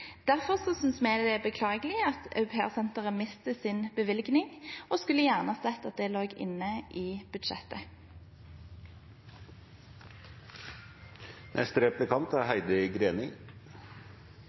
vi det er beklagelig at au pair-senteret mister sin bevilgning, og skulle gjerne sett at det lå inne i budsjettet. Kristelig Folkeparti er